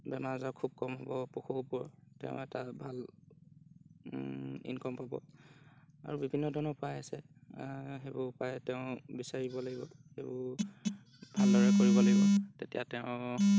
বেমাৰ আজাৰ খুৱ কম হ'ব পশুবোৰৰ তেওঁ এটা ভাল ইনকম পাব আৰু বিভিন্নধৰণৰ উপায় আছে সেইবোৰ উপায় তেওঁ বিচাৰিব লাগিব সেইবোৰ ভালদৰে কৰিব লাগিব তেতিয়া তেওঁ